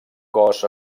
cos